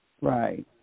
Right